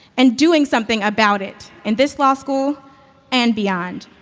and doing something about it in this law school and beyond.